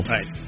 Right